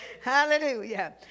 Hallelujah